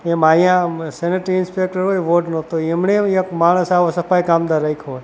એમ અહીંયા sanitary inspector હોય વોર્ડનો તો એમણે એક માણસ આવો સફાઈ કામદાર રાખ્યો હોય